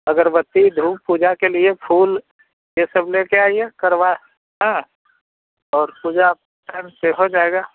अगरबत्ती धूप पूजा के लिए फूल यह सब लेकर आइए करवा हाँ और पूजा टाइम से हो जाएगी